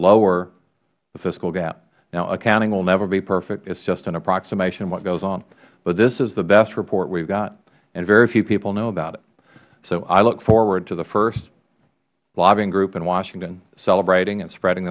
lower the fiscal gap now accounting will never be perfect it is just an approximation of what goes on but this is the best report we have and very few people know about it so i look forward to the first lobbying group in washington celebrating and spreading